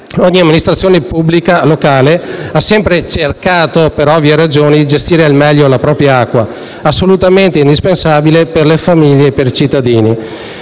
Ogni amministrazione pubblica locale ha sempre cercato, per ovvie ragioni, di gestire al meglio la propria acqua, assolutamente indispensabile per le famiglie e per i cittadini.